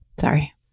Sorry